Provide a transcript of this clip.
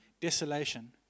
desolation